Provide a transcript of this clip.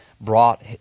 brought